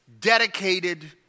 dedicated